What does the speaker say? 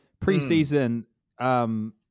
preseason